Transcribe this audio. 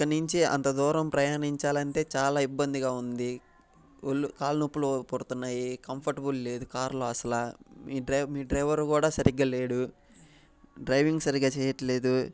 ఇక్కడ నుంచి అంత దూరం ప్రయాణించాలంటే చాలా ఇబ్బందిగా ఉంది ఒళ్ళు కాళ్ళు నొప్పులు పుడతున్నాయి కంఫర్టబుల్ లేదు కార్లో అసలు మీ డ్రైవర్ కూడా సరిగ్గా లేడు డ్రైవింగ్ సరిగ్గా చేయట్లేదు